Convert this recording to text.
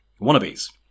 wannabes